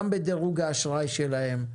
גם בדירוג האשראי שלהם,